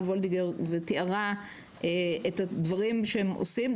וולדיגר ותיארה את הדברים שהם עושים.